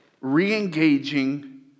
re-engaging